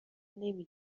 نمی